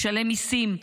משלם מיסים,